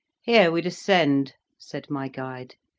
here we descend, said my guide.